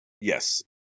Yes